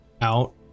out